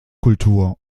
kultur